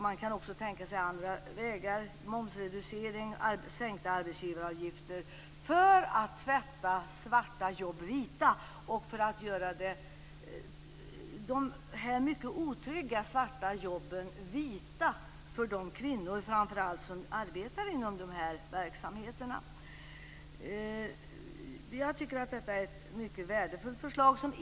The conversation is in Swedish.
Man kan också tänka sig andra vägar, t.ex. momsreducering och sänkta arbetsgivaravgifter, för att göra dessa mycket otrygga svarta jobb vita för de kvinnor, framför allt, som arbetar inom de här verksamheterna. Jag tycker att detta är ett mycket värdefullt förslag.